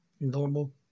normal